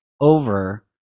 over